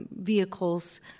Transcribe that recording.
vehicles